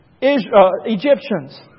Egyptians